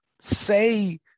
say